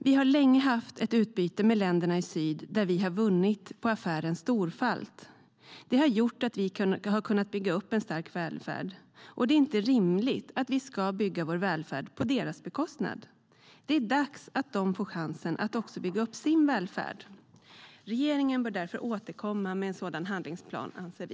Vi har länge haft ett utbyte med länderna i syd där vi har vunnit på affären mångfalt. Det har gjort att vi har kunnat bygga upp en stark välfärd. Det är inte rimligt att vi ska bygga upp vår välfärd på deras bekostnad. Det är dags att de också får chansen att bygga upp sin välfärd. Regeringen bör därför återkomma med en sådan handlingsplan, anser vi.